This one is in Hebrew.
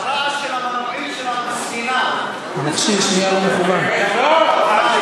רעש המנועים של הספינה מקשה עליו לשמוע.